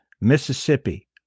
Mississippi